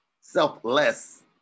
selfless